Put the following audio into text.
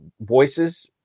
voices